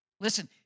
Listen